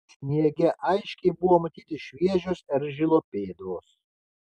sniege aiškiai buvo matyti šviežios eržilo pėdos